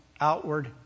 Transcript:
outward